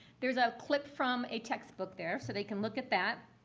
there's a clip from a textbook there. so they can look at that.